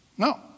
No